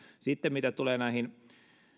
sitten mitä tulee näihin